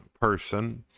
person